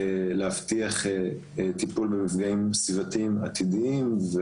להבטיח את תיקון הנזקים הסביבתיים העתידיים.